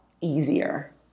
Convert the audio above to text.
easier